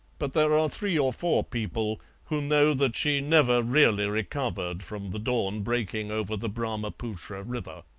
but there are three or four people who know that she never really recovered from the dawn breaking over the brahma-putra river.